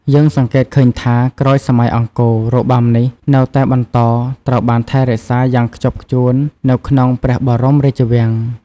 យើងសង្កេតឃើញថា ក្រោយសម័យអង្គរ របាំនេះនៅតែបន្តត្រូវបានថែរក្សាយ៉ាងខ្ជាប់ខ្ជួននៅក្នុងព្រះបរមរាជវាំង។